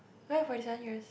where forty seven years